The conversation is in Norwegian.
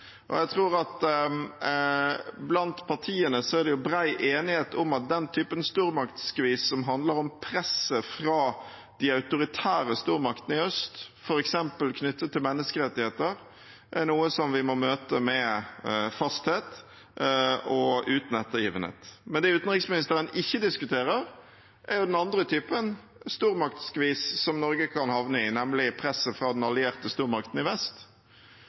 Jeg tror at det er bred enighet blant partiene om at den typen stormaktsskvis som handler om presset fra de autoritære stormaktene i øst f.eks. knyttet til menneskerettigheter, er noe som vi må møte med fasthet og uten ettergivenhet. Men det utenriksministeren ikke diskuterer, er den andre typen stormaktsskvis som Norge kan havne i, nemlig presset fra den allierte stormakten i vest.